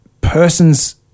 person's